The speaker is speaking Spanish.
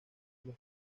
los